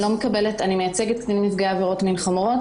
אני מייצגת קטינים נפגעי עבירות מין חמורות